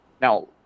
Now